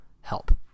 help